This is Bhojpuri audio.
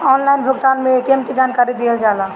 ऑनलाइन भुगतान में ए.टी.एम के जानकारी दिहल जाला?